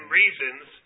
reasons